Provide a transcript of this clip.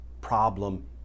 problem